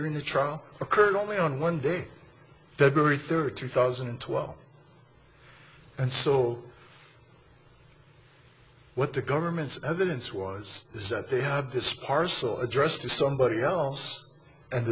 during the trial occurred only on one day february third two thousand and twelve and so what the government's evidence was is that they had this parcel addressed to somebody else and